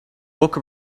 book